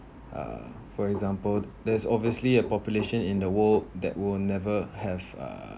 uh for example there's obviously a population in the world that would never have uh